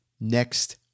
next